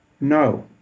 no